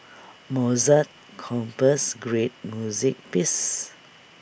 Mozart composed great music pieces